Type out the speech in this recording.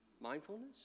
mindfulness